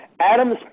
Adam's